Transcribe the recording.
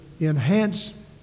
enhance